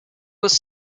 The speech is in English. was